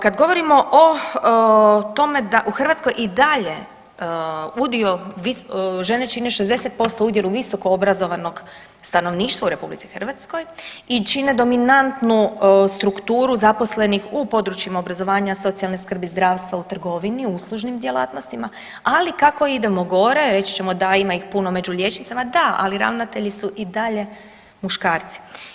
Kad govorimo o tome da u Hrvatskoj i dalje udio žene čine 60% u udjelu visoko obrazovanog stanovništva u RH i čine dominantnu strukturu zaposlenih u područjima obrazovanja, socijalne skrbi, zdravstva, u trgovini, u uslužnim djelatnostima, ali kako idemo gore reći ćemo da ima ih puno među liječnicama, da, ali ravnatelji su i dalje muškarci.